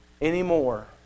anymore